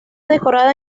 decorada